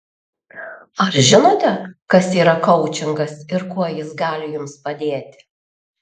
ar žinote kas yra koučingas ir kuo jis gali jums padėti